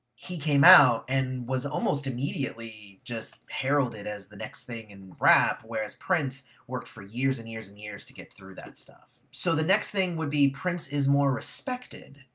he came out and was almost immediately just heralded as the next thing in rap, whereas prince worked for years and years and years to get through that stuff. so the next thing would be five. prince is more respected.